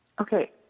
Okay